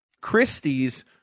Christie's